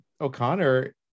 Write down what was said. O'Connor